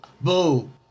boom